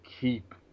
keep